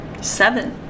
seven